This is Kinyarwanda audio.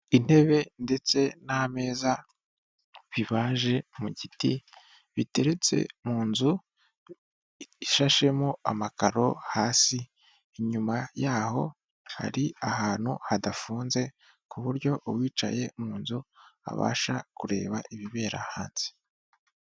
Intebe ndetse n'ameza bibaje mu giti, biteretse mu nzu ishashemo amakaro hasi, inyuma yaho hari ahantu hadafunze ku buryo uwicaye mu nzu abasha kureba ibibera hanze.